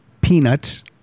Peanuts